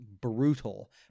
brutal